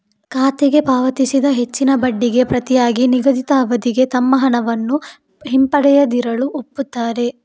ಖಾತೆಗೆ ಪಾವತಿಸಿದ ಹೆಚ್ಚಿನ ಬಡ್ಡಿಗೆ ಪ್ರತಿಯಾಗಿ ನಿಗದಿತ ಅವಧಿಗೆ ತಮ್ಮ ಹಣವನ್ನು ಹಿಂಪಡೆಯದಿರಲು ಒಪ್ಪುತ್ತಾರೆ